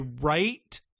right